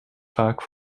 vaak